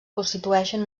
constitueixen